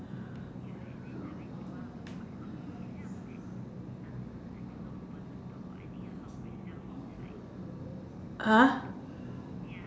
!huh!